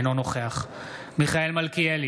אינו נוכח מיכאל מלכיאלי,